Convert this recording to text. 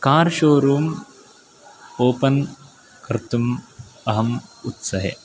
car showroom open कर्तुम् अहम् उत्सहे